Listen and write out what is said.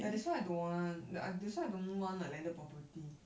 ya that's why I don't want the ah that's why I don't want a landed property